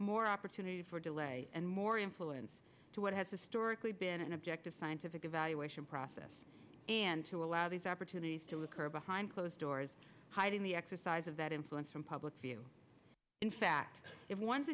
more opportunity for delay and more influence to what has historically been an objective scientific evaluation process and to allow these opportunities to occur behind closed doors hiding the exercise of that influence from public view in fact if one's